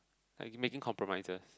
like making compromises